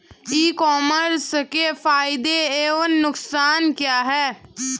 ई commerce के फायदे एवं नुकसान क्या हैं?